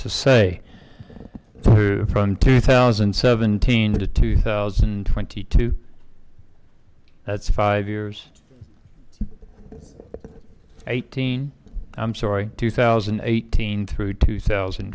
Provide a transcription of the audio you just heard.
to say from two thousand and seventeen to two thousand and twenty two that's five years eighteen i'm sorry two thousand and eighteen through two thousand